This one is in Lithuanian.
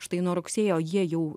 štai nuo rugsėjo jie jau